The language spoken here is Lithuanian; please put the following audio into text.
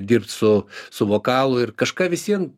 dirbt su su vokalu ir kažką visvien